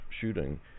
shooting